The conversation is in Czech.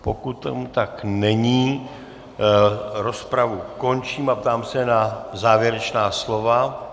Pokud tomu tak není, rozpravu končím a ptám se na závěrečná slova.